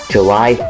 July